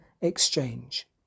exchange